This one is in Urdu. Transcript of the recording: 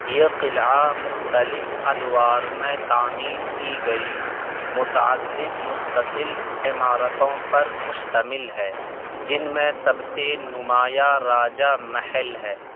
یہ قلعہ مختلف ادوار میں تعمیر کی گئی متعدد متصل عمارتوں پر مشتمل ہے جن میں سب سے نمایاں راجہ محل ہے